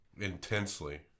Intensely